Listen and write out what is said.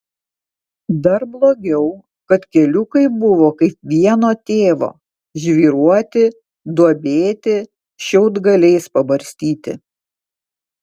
dar blogiau kad keliukai buvo kaip vieno tėvo žvyruoti duobėti šiaudgaliais pabarstyti